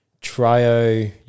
trio